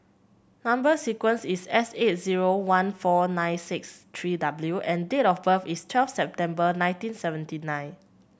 number sequence is S eight zero one four nine six three W and date of birth is twelve September nineteen seventy nine